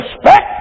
respect